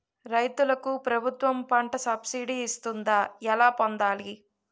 రైతులకు ప్రభుత్వం పంట సబ్సిడీ ఇస్తుందా? ఎలా పొందాలి?